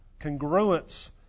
congruence